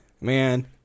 Man